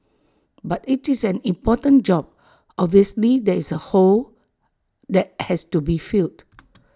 but it's an important job obviously there is A hole that has to be filled